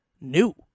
new